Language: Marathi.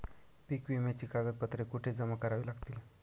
पीक विम्याची कागदपत्रे कुठे जमा करावी लागतील?